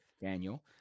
Daniel